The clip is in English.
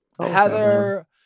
Heather